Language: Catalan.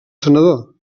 senador